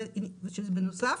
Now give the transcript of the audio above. שזה בנוסף.